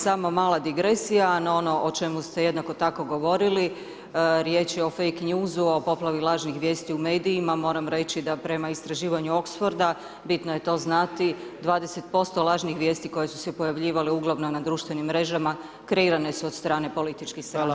Sama mala digresija na ono o čemu ste jednako tako govorili, riječ je o fake news-u, o poplavi lažnih vijesti u medijima, moram reći da prema istraživanju Oxford-a, bitno je to znati, 20% lažnih vijesti koje su se pojavljivale uglavnom na društvenim mrežama, kreirane su od strane političkih stranaka samih.